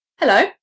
Hello